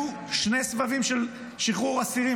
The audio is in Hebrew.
היו עוד שני סבבים של שחרור אסירים,